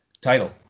title